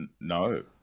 No